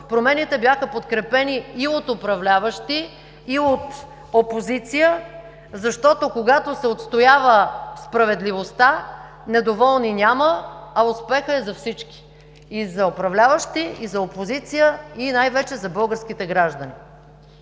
промените бяха подкрепени и от управляващи, и от опозиция, защото когато се отстоява справедливостта, недоволни няма, а успехът е за всички – и за управляващи, и за опозиция, и най-вече за българските граждани.